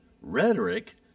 rhetoric